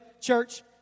Church